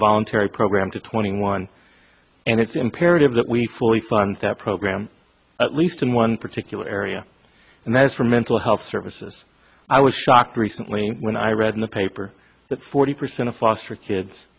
voluntary program to twenty one and it's imperative that we fully fund that program at least in one particular area and that is for mental health services i was shocked recently when i read in the paper that forty percent of foster kids